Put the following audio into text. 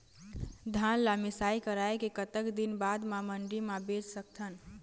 धान ला मिसाई कराए के कतक दिन बाद मा मंडी मा बेच सकथन?